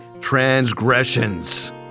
transgressions